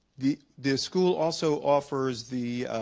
the the school also offers the